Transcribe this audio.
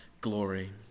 glory